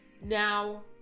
Now